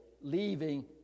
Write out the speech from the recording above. leaving